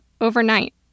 overnight